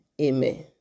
Amen